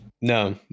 No